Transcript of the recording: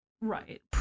right